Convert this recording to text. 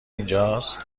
اینجاست